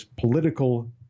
political